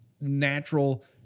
natural